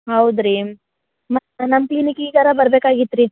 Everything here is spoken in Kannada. ಹೌದು ರೀ ಮತ್ತು ನಮ್ಮ ಕ್ಲಿನಿಕಿಗಾರ ಬರ್ಬೇಕಾಗಿತ್ತು ರೀ